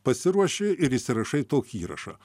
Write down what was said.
pasiruoši ir įsirašai tokį įrašą